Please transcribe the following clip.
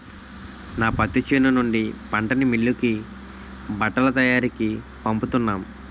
నా పత్తి చేను నుండి పంటని మిల్లుకి బట్టల తయారికీ పంపుతున్నాం